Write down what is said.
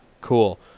cool